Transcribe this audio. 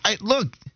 Look